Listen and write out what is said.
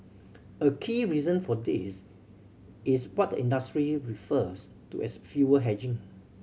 a key reason for this is what the industry refers to as fuel hedging